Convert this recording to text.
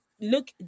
Look